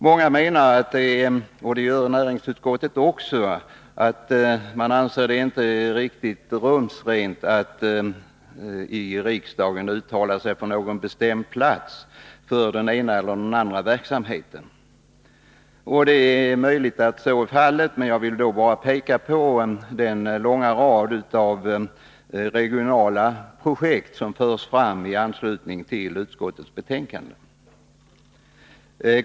Många menar — och det gör näringsutskottet också — att det inte är riktigt rumsrent att riksdagen uttalar sig för någon bestämd plats för den ena eller den andra verksamheten. Det är möjligt att så är fallet, men jag vill då peka på den långa rad av regionala projekt som förs fram i utskottets betänkande.